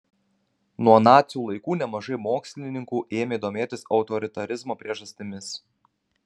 nuo nacių laikų nemažai mokslininkų ėmė domėtis autoritarizmo priežastimis